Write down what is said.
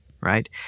Right